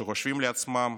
שחושבים לעצמם: